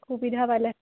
সুবিধা পালে